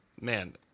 man